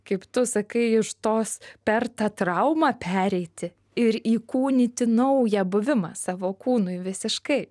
kaip tu sakai iš tos per tą traumą pereiti ir įkūnyti naują buvimą savo kūnui visiškai